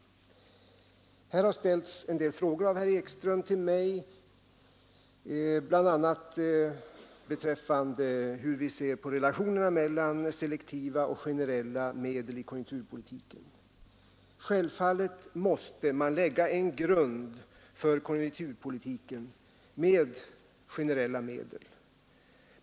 Herr Ekström har ställt en del frågor till mig, bl.a. om hur vi ser på relationerna mellan selektiva och generella medel i konjunkturpolitiken. Självfallet måste man lägga en grund för konjunkturpolitiken med generella medel.